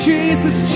Jesus